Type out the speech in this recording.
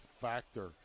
factor